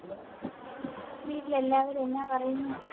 വീട്ടിൽ എല്ലാവരും എന്നാ പറയുന്നു